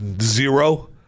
Zero